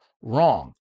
wrong